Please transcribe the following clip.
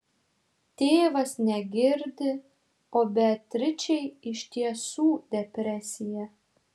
tėvas negirdi o beatričei iš tiesų depresija